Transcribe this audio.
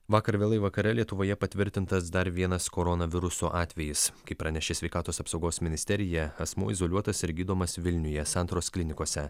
vakar vėlai vakare lietuvoje patvirtintas dar vienas koronaviruso atvejis kaip pranešė sveikatos apsaugos ministerija asmuo izoliuotas ir gydomas vilniuje santaros klinikose